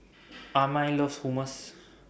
Amiah loves Hummus